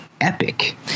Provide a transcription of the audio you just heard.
Epic